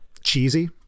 cheesy